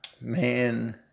man